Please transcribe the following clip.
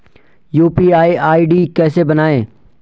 UPI ID कैसे बनायें?